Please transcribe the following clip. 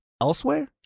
elsewhere